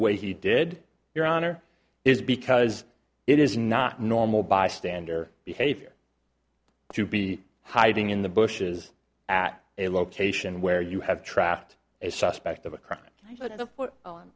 way he did your honor is because it is not normal bystander behavior to be hiding in the bushes at a location where you have tracked a suspect of a crime